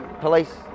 Police